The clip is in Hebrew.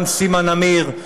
גם סימה נמיר,